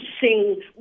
sing